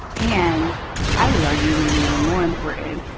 and i would argue maybe even more important,